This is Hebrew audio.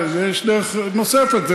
יש דרך נוספת,